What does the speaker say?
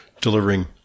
delivering